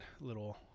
little